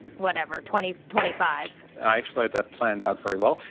whatever, twenty twenty five? i actually had that planned out very well.